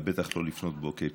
ובטח לא לפנות בוקר,